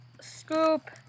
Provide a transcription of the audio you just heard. Scoop